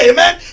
Amen